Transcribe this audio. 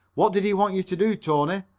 what did he want yer to do, tony?